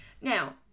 now